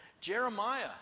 Jeremiah